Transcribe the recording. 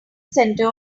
center